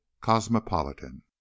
cosmopolitan